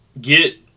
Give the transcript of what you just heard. get